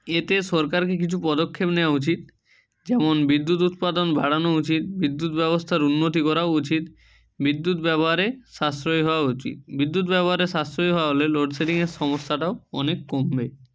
এতে সরকারকে কিছু পদক্ষেপ নেওয়া উচিত যেমন বিদ্যুৎ উৎপাদন বাড়ানো উচিত বিদ্যুৎ ব্যবস্থার উন্নতি করাও উচিত বিদ্যুৎ ব্যবহারে সাশ্রয়ী হওয়া উচিত বিদ্যুৎ ব্যবহারে সাশ্রয়ী হওয়া হলে লোডশেডিংয়ের সমস্যাটাও অনেক কমবে